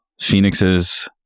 phoenixes